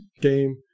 game